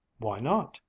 why not?